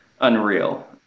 unreal